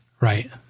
Right